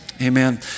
Amen